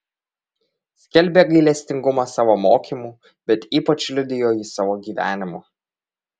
skelbė gailestingumą savo mokymu bet ypač liudijo jį savo gyvenimu